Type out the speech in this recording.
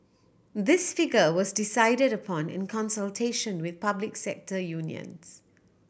this figure was decided upon in consultation with public sector unions